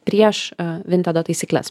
prieš vintedo taisykles